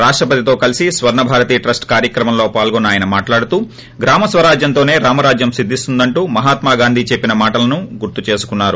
రాష్టపతితో కలిసి స్వర్ణభారతి ట్రస్ట్ కార్యక్రమంలో పాల్గొన్న ఆయన మాట్లాడుతూ గ్రామ స్వరాజ్యంతోనే రామరాజ్యం సిద్దిస్తుందంటూ మహాత్మాగాంధీ చెప్పిన మాటలను ఆయన గుర్తు చేసుకున్నారు